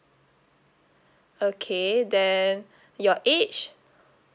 okay then your age